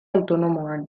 autonomoan